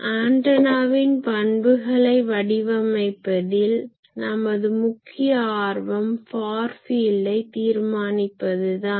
ஆன்டனாவின் பண்புகளை வடிவமைப்பதில் நமது முக்கிய ஆர்வம் ஃபார் ஃபீல்டை தீர்மானிப்பது தான்